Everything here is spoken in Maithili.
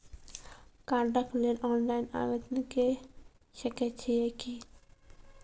कार्डक लेल ऑनलाइन आवेदन के सकै छियै की?